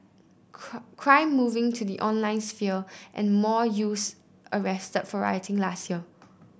crime moving to the online sphere and more youths arrested for rioting last year